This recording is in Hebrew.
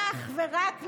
ואך ורק,